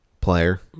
Player